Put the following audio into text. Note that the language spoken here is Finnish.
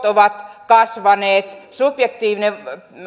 ovat kasvaneet subjektiivista